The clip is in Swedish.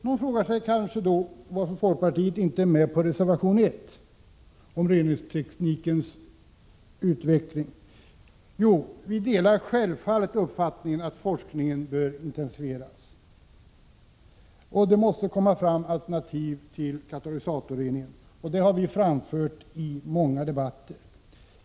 Man frågar sig då kanske varför folkpartiet inte är med på reservation 1 om reningsteknikens utveckling. Vi delar självfallet uppfattningen att forskningen bör intensifieras, och det måste komma fram alternativ till katalysatorreningen. Det har vi framfört i många debatter.